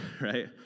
right